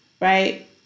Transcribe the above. right